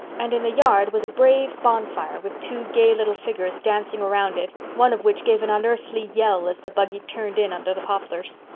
and in the yard was a brave bonfire with two gay little figures dancing around it, one of which gave an unearthly yell as the buggy turned in under the poplars.